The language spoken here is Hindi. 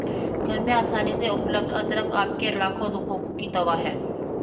घर में आसानी से उपलब्ध अदरक आपके लाखों दुखों की दवा है